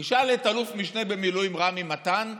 תשאל את אלוף משנה במילואים רמי מתן: